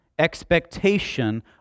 expectation